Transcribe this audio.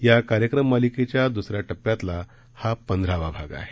या कार्यक्रम मालिकेच्या द्रसऱ्या टप्प्यातला हा पंधरावा भाग आहे